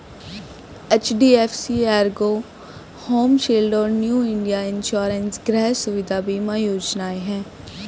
HDFC Ergo home shield और new India insurance गृह सुविधा बीमा योजनाएं हैं